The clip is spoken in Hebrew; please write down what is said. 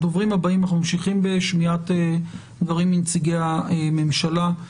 אנחנו ממשיכים בשמיעת דברים מנציגי הממשלה.